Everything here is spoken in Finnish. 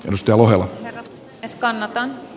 rustolohella ja skannata